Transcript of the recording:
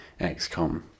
XCOM